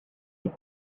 had